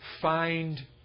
find